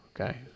Okay